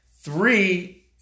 three